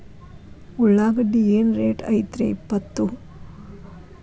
ಉಳ್ಳಾಗಡ್ಡಿ ಏನ್ ರೇಟ್ ಐತ್ರೇ ಇಪ್ಪತ್ತು?